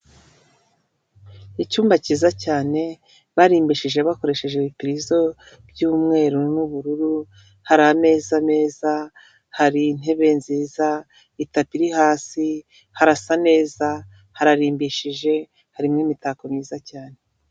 Icyumba cyiza cyane barimbishije bakoresheje ibipirizo by'umweru n'ubururu hari ameza meza hari intebe nziza itapi iri hasi harasa neza hararimbishije harimo imitako myiza cyane .